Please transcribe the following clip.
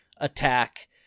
attack